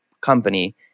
company